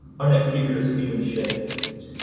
our next speaker is steven shape.